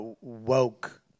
woke